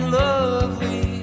lovely